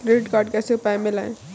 Credit card कैसे उपयोग में लाएँ?